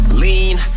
lean